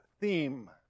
theme